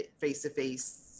face-to-face